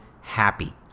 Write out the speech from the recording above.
happy